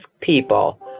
people